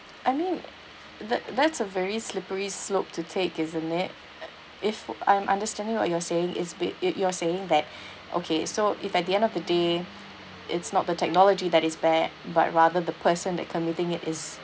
I mean that that's a very slippery slope to take isn't it uh if uh I'm understanding what you are saying is b~ it you're saying that okay so if at the end of the day it's not the technology that is bad but rather the person that committing it is